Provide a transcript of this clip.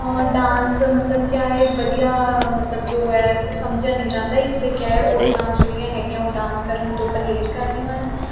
dance ਮਤਲਬ ਕਿਆ ਇਹ ਵਧੀਆ ਮਤਲਬ ਜੋ ਹ ਸਮਝਿਆ ਨਹੀਂ ਜਾਂਦਾ ਇਸ ਲਈ ਕਿਹਾ ਔਰਤਾਂ ਜਿਹੜੀਆਂ ਹੈਗੀਆਂ ਉਹ ਡਾਂਸ ਕਰਨ ਤੋਂ ਪਰਹੇਜ਼ ਕਰਦੇ ਹਨ